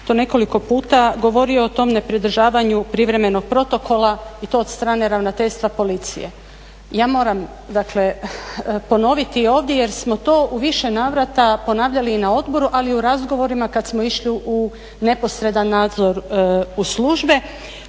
to nekoliko puta govorio o tom nepridržavanju privremenog protokola i to od strane ravnateljstva Policije. Ja moram dakle ponoviti ovdje jer smo to u više navrata ponavljali i na odboru ali i u razgovorima kad smo išli u neposredan nadzor u službe